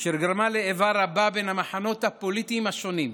אשר גרמה לאיבה רבה בין המחנות הפוליטיים השונים.